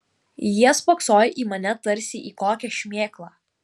jie spoksojo į mane tarsi į kokią šmėklą